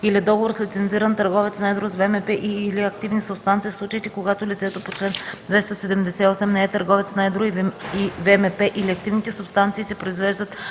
или договор с лицензиран търговец на едро с ВМП и/или активни субстанции, в случаите когато лицето по чл. 278 не е търговец на едро и ВМП или активните субстанции се произвеждат